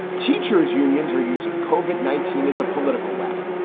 teachers' unions are using covid nineteen as a political weapon.